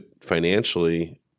financially